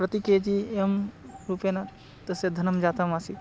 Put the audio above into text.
प्रति K G एवं रूपेण तस्य धनं जातम् आसीत्